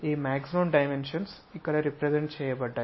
ఈ maximum dimensions ఇక్కడ represent చేయబడ్డాయి